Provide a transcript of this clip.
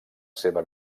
seva